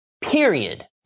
Period